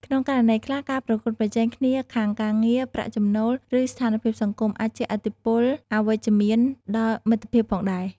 ក្នុងករណីខ្លះ ការប្រកួតប្រជែងគ្នាខាងការងារ ប្រាក់ចំណូល ឬស្ថានភាពសង្គម អាចជះឥទ្ធិពលអវិជ្ជមានដល់មិត្តភាពផងដែរ ។